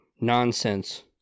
nonsense